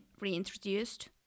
reintroduced